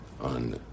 on